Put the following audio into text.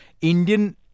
Indian